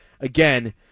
Again